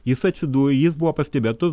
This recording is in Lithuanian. jis atsidū jis buvo pastebėtas